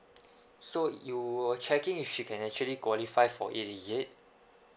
so you were checking if she can actually qualify for it is it